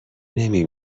نمی